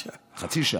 שעה, חצי שעה,